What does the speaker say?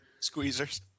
Squeezers